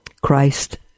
Christ